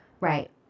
Right